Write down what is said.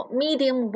medium